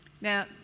Now